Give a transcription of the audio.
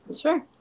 Sure